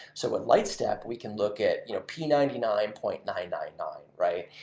so what lightstep, we can look at you know p ninety nine point nine nine nine, right?